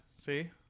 See